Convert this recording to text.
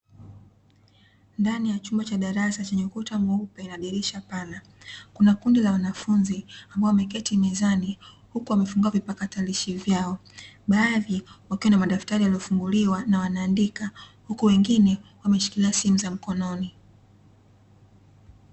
Ndani ya chumba cha darasa chenye ukuta mweupe na dirisha pana. Kuna kundi la wanafunzi ambao wameketi mezani, huku wamefungua vipakatalishi vyao. Baadhi wakiwa na madaftari yaliyofunguliwa, na wanaandika huku wengine wameshikilia simu za mkononi.